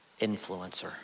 influencer